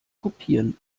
kopieren